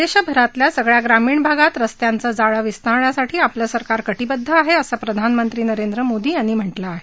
देशभरातल्या सगळ्या ग्रामीण भागात रस्त्यांचं जाळं विस्तारण्यासाठी आपलं सरकार कटीबद्ध आहे असं प्रधानमंत्री नरेंद्र मोदी यांनी म्हटलं आहे